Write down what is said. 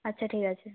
আচ্ছা ঠিক আছে